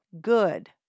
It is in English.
good